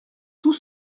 tout